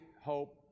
hope